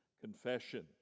confession